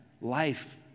life